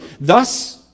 thus